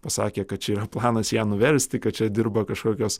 pasakė kad čia yra planas ją nuversti kad čia dirba kažkokios